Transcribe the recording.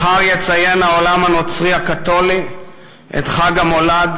מחר יציין העולם הנוצרי הקתולי את חג המולד,